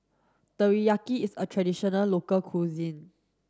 Teriyaki is a traditional local cuisine